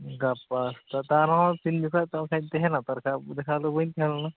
ᱜᱟᱯᱟ ᱛᱟᱣ ᱨᱮᱦᱚᱸ ᱛᱤᱱ ᱡᱚᱠᱷᱚᱱ ᱛᱚᱵᱮ ᱠᱷᱟᱱᱤᱧ ᱛᱟᱦᱮᱱᱟ ᱛᱟᱨ ᱵᱟᱠᱷᱟᱱ ᱫᱚ ᱵᱟᱹᱧ ᱛᱟᱦᱮᱸ ᱞᱮᱱᱟ